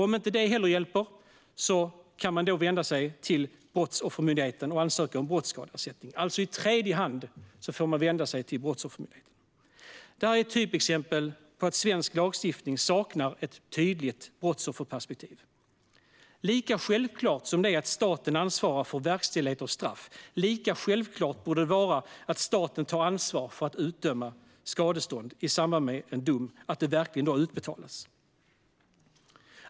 Om inte heller det hjälper kan man vända sig till Brottsoffermyndigheten och ansöka om brottsskadeersättning. Det är alltså i tredje hand som man får vända sig till Brottsoffermyndigheten. Det här är ett typexempel på att svensk lagstiftning saknar ett tydligt brottsofferperspektiv. Lika självklart som det är att staten ansvarar för verkställighet av straff, lika självklart borde det vara att staten tar ansvar för att utdömda skadestånd i samband med en dom verkligen utbetalas.